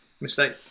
mistake